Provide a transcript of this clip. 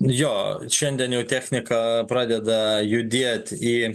jo šiandien jau technika pradeda judėt į